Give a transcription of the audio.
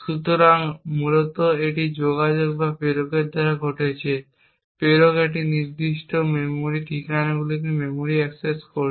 সুতরাং মূলত এটিই যোগাযোগ যা প্রেরকের দ্বারা ঘটছে প্রেরক এই নির্দিষ্ট মেমরি ঠিকানাগুলিতে মেমরি অ্যাক্সেস করছে